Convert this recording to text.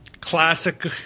classic